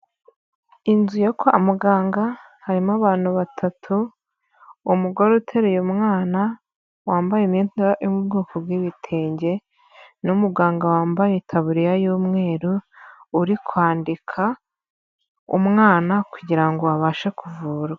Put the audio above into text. Inzu yo kwa muganga harimo abantu batatu, umugore uteruye umwana wambaye imyenda yo mu bwoko bw'ibitenge, n'umuganga wambaye taburiya y'umweru uri kwandika umwana kugira ngo abashe kuvurwa.